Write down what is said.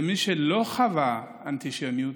מי שלא חווה אנטישמיות,